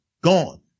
gone